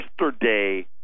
yesterday